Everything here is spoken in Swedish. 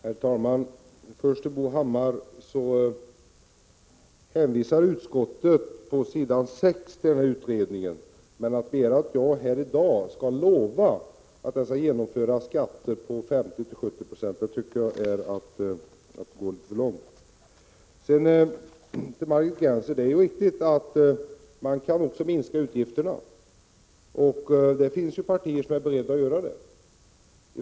Herr talman! Till Bo Hammar: Utskottet hänvisar på s. 6 till denna utredning, men att begära att jag i dag skall lova att det skall införas skatter på 50-70 9o tycker jag är att gå litet för långt. Till Margit Gennser: Det är riktigt att man också kan minska utgifterna. Det finns partier som är beredda att göra det.